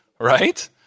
right